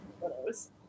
photos